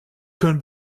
können